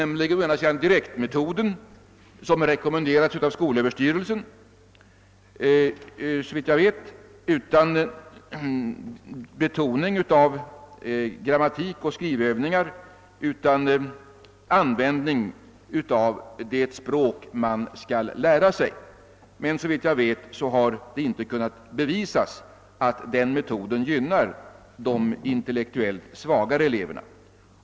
Den ena är direktmetoden, som rekommenderas av skolöverstyrelsen och som innebär att man inte betonar grammatik och skrivövningar utan använder det språk som eleverna skall lära sig. Såvitt jag vet har det inte kunnat bevisas att den metoden gynnar de intellektuellt svagare eleverna.